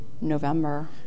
November